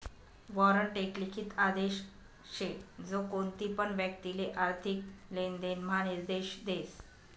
warrant एक लिखित आदेश शे जो कोणतीपण व्यक्तिले आर्थिक लेनदेण म्हा निर्देश देस